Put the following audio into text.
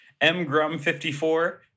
Mgrum54